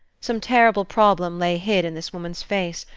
some terrible problem lay hid in this woman's face,